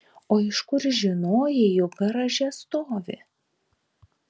o iš kur žinojai jog garaže stovi